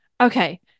Okay